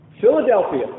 Philadelphia